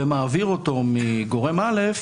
ומעביר אותו מגורם א'